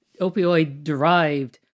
opioid-derived